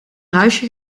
huisje